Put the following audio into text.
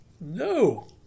No